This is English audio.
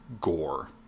gore